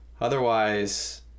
Otherwise